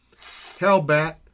Hellbat